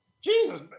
Jesus